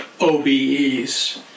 OBEs